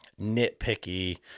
nitpicky